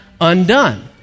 undone